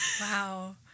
wow